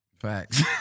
Facts